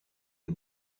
est